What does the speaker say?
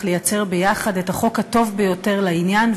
לייצר ביחד את החוק הטוב ביותר לעניין,